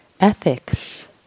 ethics